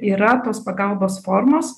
yra tos pagalbos formos